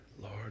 Lord